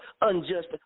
unjust